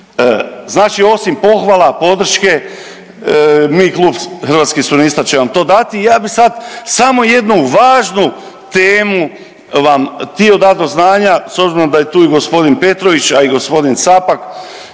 Znači osim pohvala, podrške, mi Klub Hrvatskih suverenista će vam to dati i ja bih sad samo jednu važnu temu vam htio dati do znanja, s obzirom da je tu i g. Petrović, a i g. Capak